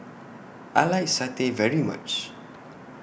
I like Satay very much